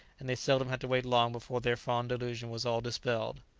and they seldom had to wait long before their fond delusion was all dispelled.